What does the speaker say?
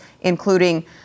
including